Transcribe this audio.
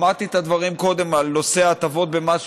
שמעתי קודם את הדברים על נושא ההטבות במס,